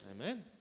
Amen